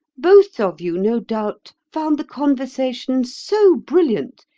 both of you, no doubt, found the conversation so brilliant,